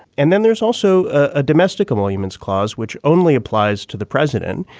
and then there's also a domestic emoluments clause which only applies to the president.